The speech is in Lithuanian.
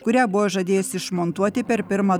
kurią buvo žadėjęs išmontuoti per pirmą